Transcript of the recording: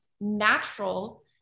natural